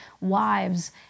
wives